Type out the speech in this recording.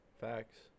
Facts